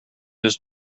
does